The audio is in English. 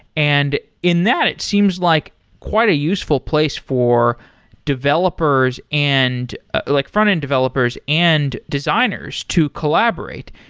and in that, it seems like quite a useful place for developers and ah like front-end developers and designers to collaborate.